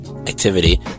Activity